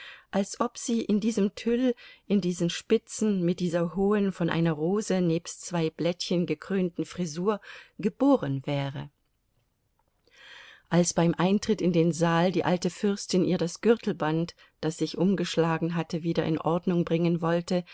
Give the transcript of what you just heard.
als ob sie in diesem tüll in diesen spitzen mit dieser hohen von einer rose nebst zwei blättchen gekrönten frisur geboren wäre als beim eintritt in den saal die alte fürstin ihr das gürtelband das sich umgeschlagen hatte wieder in ordnung bringen wollte